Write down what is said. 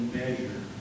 measure